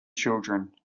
children